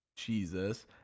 Jesus